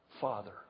Father